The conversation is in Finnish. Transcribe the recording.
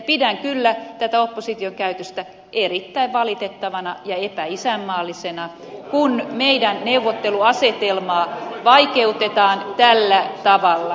pidän kyllä tätä opposition käytöstä erittäin valitettavana ja epäisänmaallisena kun meidän neuvotteluasetelmaa vaikeutetaan tällä tavalla